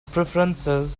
preferences